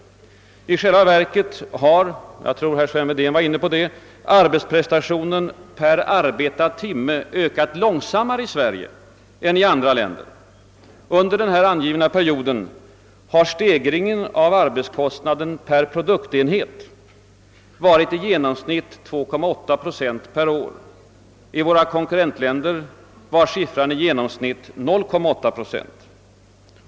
I själva verket har — jag tror att herr Sven Wedén var inne på den saken — arbetsprestationen per timme ökat långsammare i Sverige än i andra länder. Under den här angivna perioden har stegringen av arbetskostnaden per produktenhet varit i genomsnitt 2,8 procent per år. I våra konkurrentländer var siffran i genomsnitt 0,8 procent.